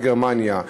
בגרמניה,